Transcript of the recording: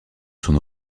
son